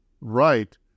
right